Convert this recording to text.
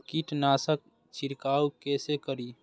कीट नाशक छीरकाउ केसे करी?